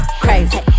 crazy